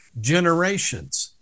generations